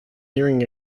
nearing